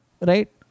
Right